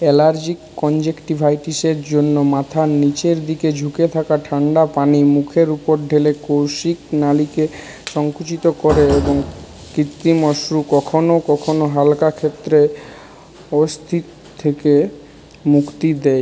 allergic কনজাংক্টিভাইটিসের জন্য মাথার নিচের দিকে ঝুঁকে থাকা ঠাণ্ডা পানি মুখের উপর ঢেলে কৌশিক নালিকে সংকুচিত করে এবং কিত্রিম অশ্রু কখনও কখনও হালকা ক্ষেত্রে অস্থি থেকে মুক্তি দেয়